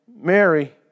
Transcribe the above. Mary